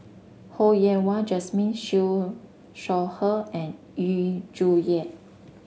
Ho Yen Wah Jesmine Siew Shaw Her and Yu Zhuye